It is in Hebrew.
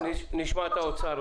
עוד מעט נשמע את האוצר.